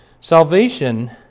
Salvation